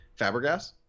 Fabregas